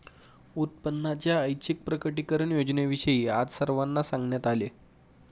उत्पन्नाच्या ऐच्छिक प्रकटीकरण योजनेविषयी आज सर्वांना सांगण्यात आले